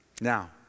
Now